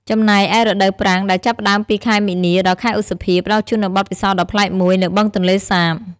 ចំណែកឯរដូវប្រាំង ដែលចាប់ផ្តើមពី ខែមីនា ដល់ ខែឧសភា ផ្តល់ជូននូវបទពិសោធន៍ដ៏ប្លែកមួយនៅបឹងទន្លេសាប។